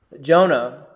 Jonah